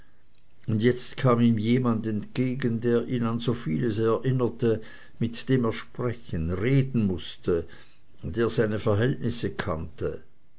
und jetzt kam ihm jemand entgegen der ihn an so vieles erinnerte mit dem er sprechen reden mußte der seine verhältnisse kannte